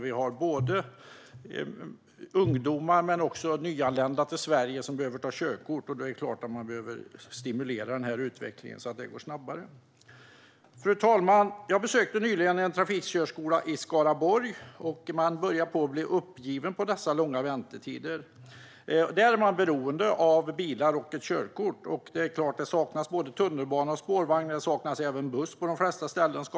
Vi har både ungdomar och nyanlända i Sverige som behöver ta körkort, och det är klart att man behöver stimulera denna utveckling så att det går snabbare. Fru talman! Jag besökte nyligen en trafikskola i Skaraborg, där man börjar bli uppgiven över dessa långa väntetider. Där är man beroende av bilar och körkort. Det saknas både tunnelbana och spårvagn och på de flesta ställen även buss.